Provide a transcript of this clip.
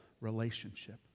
relationship